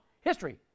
History